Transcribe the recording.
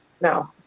No